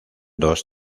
dos